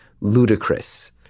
ludicrous